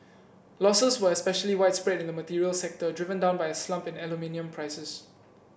losses were especially widespread in the materials sector driven down by a slump in aluminium prices